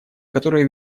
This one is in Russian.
которые